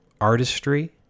artistry